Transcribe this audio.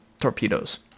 torpedoes